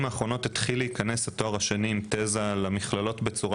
האחרונות נכנס התואר השני עם תזה למכללות בצורה